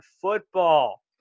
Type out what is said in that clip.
football